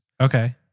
Okay